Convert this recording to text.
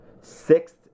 sixth